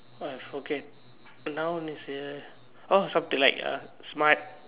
I forget now next year orh shop to like smart